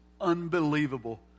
unbelievable